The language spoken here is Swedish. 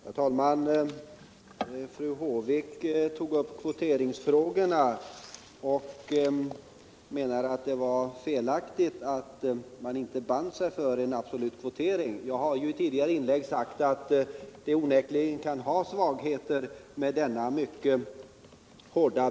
Herr talman! Fru Håvik tog upp kvoteringsfrågorna och menade att det var felaktigt att inte binda sig för en absolut kvotering. Jag har i tidigare inlägg sagt att en mycket hård bindning onckligen kan ha svagheter.